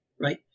right